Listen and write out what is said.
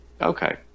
Okay